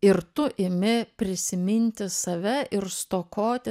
ir tu imi prisiminti save ir stokoti